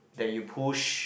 that you push